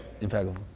impeccable